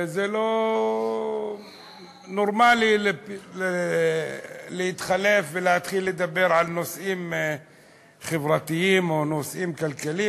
זה לא נורמלי להתחלף ולהתחיל לדבר על נושאים חברתיים או נושאים כלכליים,